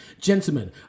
Gentlemen